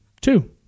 Two